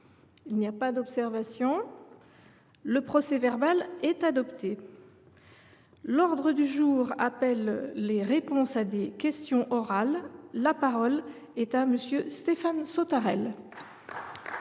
Il n’y a pas d’observation ?… Le procès verbal est adopté. L’ordre du jour appelle les réponses à des questions orales. La parole est à M. Stéphane Sautarel,